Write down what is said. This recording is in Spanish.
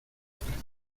prenda